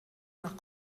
nach